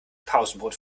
pausenbrot